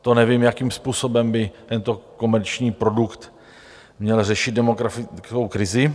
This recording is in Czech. To nevím, jakým způsobem by tento komerční produkt měl řešit demografickou krizi.